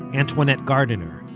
antoinette gardiner,